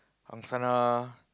Angsana